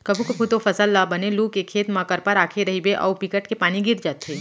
कभू कभू तो फसल ल बने लू के खेत म करपा राखे रहिबे अउ बिकट के पानी गिर जाथे